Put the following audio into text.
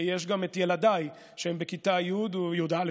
יש גם את ילדיי, שהם בכיתה י' י"א כבר,